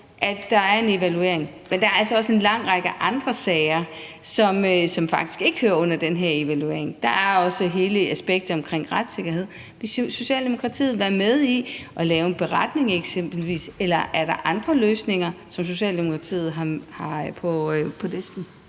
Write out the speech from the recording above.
at der er en evaluering, men der er altså også en lang række andre sager, som faktisk ikke hører under den her evaluering. Der er også hele aspektet omkring retssikkerhed. Vil Socialdemokratiet være med til at lave en beretning eksempelvis, eller er der andre løsninger, som Socialdemokratiet har på listen?